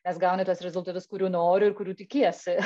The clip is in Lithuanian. nes gauni tuos rezultatus kurių nori ir kurių tikiesi